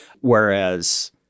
Whereas